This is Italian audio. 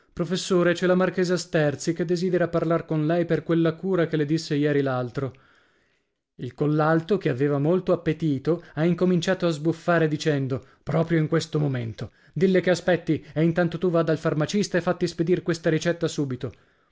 professore c'è la marchesa sterzi che desidera parlar con lei per quella cura che le disse ieri l'altro il collalto che aveva molto appetito ha incominciato a sbuffare dicendo proprio in questo momento dille che aspetti e intanto tu va dal farmacista e fatti spedir questa ricetta subito